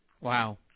Wow